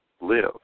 live